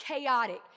chaotic